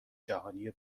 جهانی